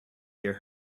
hear